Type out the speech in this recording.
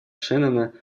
шеннона